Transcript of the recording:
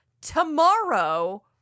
tomorrow